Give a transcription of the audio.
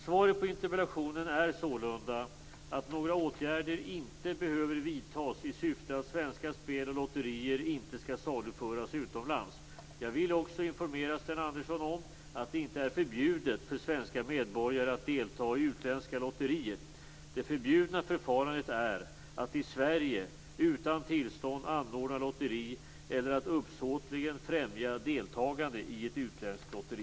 Svaret på interpellationen är sålunda att några åtgärder inte behöver vidtagas i syfte att svenska spel och lotterier inte skall saluföras utomlands. Jag vill också informera Sten Andersson om att det inte är förbjudet för svenska medborgare att deltaga i utländska lotterier. Det förbjudna förfarandet är att i Sverige utan tillstånd anordna lotteri eller att uppsåtligen främja deltagande i ett utländskt lotteri.